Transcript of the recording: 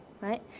right